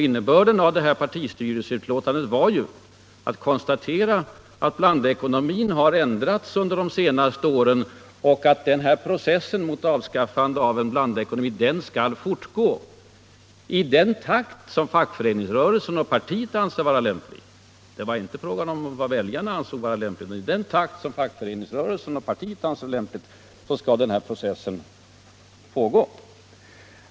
Innebörden av detta partistyrelseutlåtande var ju att blandekonomin har ändrats under de senaste åren och att processen mot avskaffandet av blandekonomin skall fortgå i den takt som fackföreningsrörelsen och partiet anser vara lämplig. Det var alltså inte fråga om vad väljarna ansåg vara lämpligt, utan processen skulle fortgå i den takt som partiet och fackföreningsrörelsen anser vara lämplig.